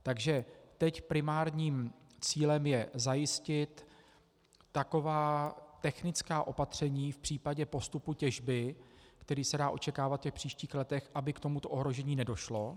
Takže teď je primárním cílem zajistit taková technická opatření v případě postupu těžby, který se dá očekávat v příštích letech, aby k tomuto ohrožení nedošlo.